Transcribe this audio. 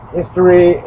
history